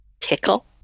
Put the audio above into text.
pickle